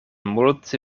multe